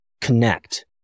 connect